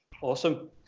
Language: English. Awesome